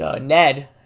Ned